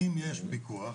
אם יש פיקוח,